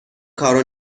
کارو